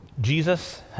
Jesus